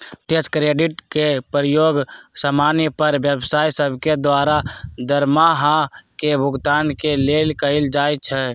प्रत्यक्ष क्रेडिट के प्रयोग समान्य पर व्यवसाय सभके द्वारा दरमाहा के भुगतान के लेल कएल जाइ छइ